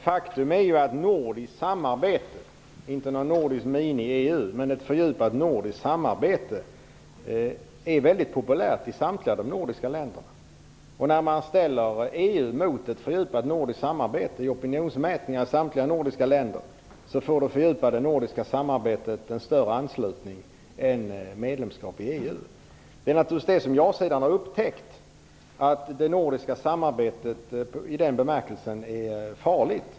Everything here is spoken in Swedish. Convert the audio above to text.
Herr talman! Faktum är att ett fördjupat nordiskt samarbete är mycket populärt i samtliga nordiska länder. Då menar jag inte något mini-EU. I samtliga nordiska länder får det fördjupade nordiska samarbetet en större anslutning än ett medlemskap i EU när man gör opinionsmätningar. Det är detta som ja-sidan har upptäckt. Det nordiska samarbetet är farligt i den bemärkelsen.